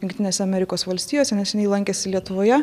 jungtinėse amerikos valstijose neseniai lankėsi lietuvoje